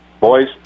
Boys